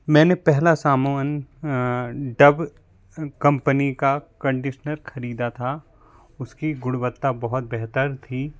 मैंने पहला सामान डब कंपनी का कंडिशनर खरीदा था उसकी गुणवत्ता बहुत बेहतर थी